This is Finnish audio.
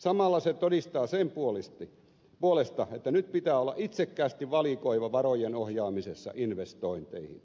samalla se todistaa sen puolesta että nyt pitää olla itsekkäästi valikoiva varojen ohjaamisessa investointeihin